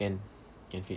can can fit